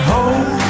Hold